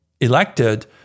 elected